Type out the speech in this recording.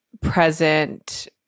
present